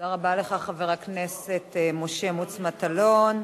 תודה רבה לך, חבר הכנסת משה מוץ מטלון.